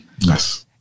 Yes